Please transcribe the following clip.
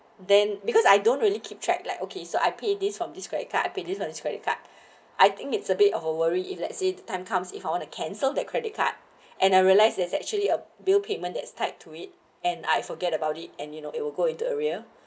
then because I don't really keep track like okay so I pay this from this credit card I pay this from this credit card I think it's a bit of a worry if let's say the time comes if you want to cancel that credit card and I realize there's actually a bill payment that's tied to it and I forget about it and you know it will go into a real